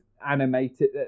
Animated